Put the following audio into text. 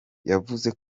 yavuze